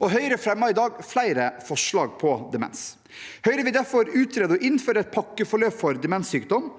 Høyre fremmer i dag flere forslag på demensfeltet. Høyre vil utrede og innføre et pakkeforløp for demenssykdom